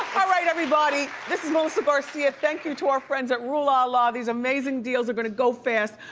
all right everybody, this is melissa garcia. thank you to our friends at rue la la. these amazing deals are gonna go fast.